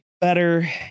better